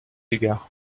égard